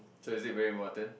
so is it very important